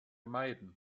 meiden